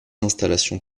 installations